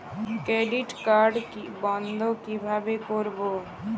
Credit card বন্ধ কিভাবে করবো?